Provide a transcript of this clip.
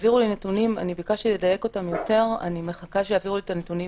אני מחכה שיעבירו לי את הנתונים